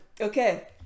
okay